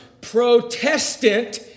protestant